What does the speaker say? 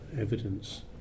evidence